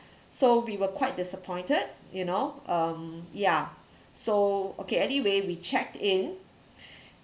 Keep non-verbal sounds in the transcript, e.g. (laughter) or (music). so we were quite disappointed you know um yeah (breath) so okay anyway we checked-in (breath)